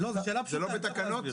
התשובה היא